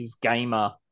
gamer